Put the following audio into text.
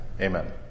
Amen